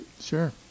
Sure